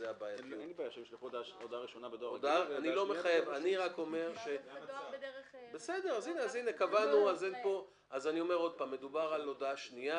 אני רק אומר ש ------ אז אני אומר עוד פעם: מדובר על הודעה שנייה.